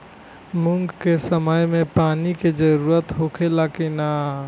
मूंग के समय मे पानी के जरूरत होखे ला कि ना?